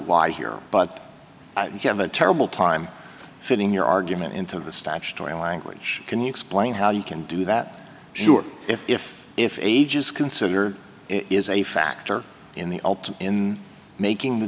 why here but you have a terrible time fitting your argument into the statutory language can you explain how you can do that sure if if age is consider is a factor in the ult in making the